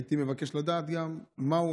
הייתי מבקש לדעת גם מה הוא,